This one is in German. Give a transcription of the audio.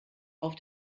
auf